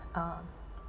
uh